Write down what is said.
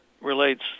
relates